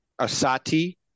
asati